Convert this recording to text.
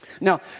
Now